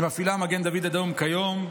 שמפעיל מגן דוד אדום כיום,